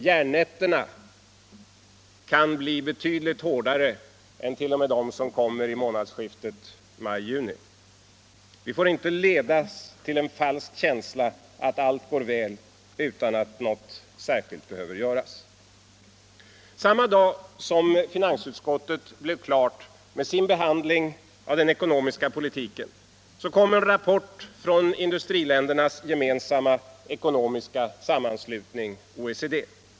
Järnnätterna kan bli betydligt hårdare än t.o.m. dem som kommer i månadsskiftet maj-juni. Vi får inte ledas till en falsk känsla av att allt går väl utan att något särskilt behöver göras. Samma dag som finansutskottet blev färdigt med sin behandling av den ekonomiska politiken publicerades en rapport från industriländernas ekonomiska sammanslutning OECD.